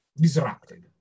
disrupted